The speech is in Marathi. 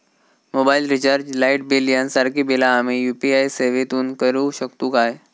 मोबाईल रिचार्ज, लाईट बिल यांसारखी बिला आम्ही यू.पी.आय सेवेतून करू शकतू काय?